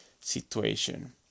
situation